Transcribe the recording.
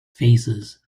phases